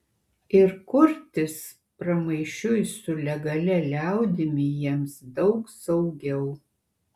ir kurtis pramaišiui su legalia liaudimi jiems daug saugiau